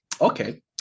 okay